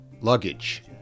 luggage